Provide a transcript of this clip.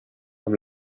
amb